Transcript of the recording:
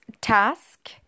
task